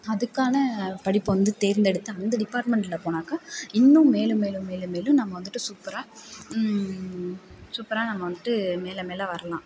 அதுக்கான படிப்பை வந்து தேர்ந்தெடுத்து அந்த டிப்பார்ட்மெண்ட்டில் போனாக்கா இன்னும் மேலும் மேலும் மேலும் மேலும் நம்ம வந்துட்டு சூப்பராக சூப்பராக நம்ம வந்துட்டு மேலே மேலே வரலாம்